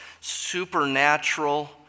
supernatural